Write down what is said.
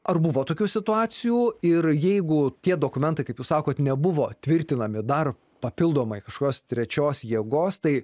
ar buvo tokių situacijų ir jeigu tie dokumentai kaip jūs sakot nebuvo tvirtinami dar papildomai kažkokios trečios jėgos tai